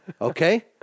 Okay